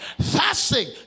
fasting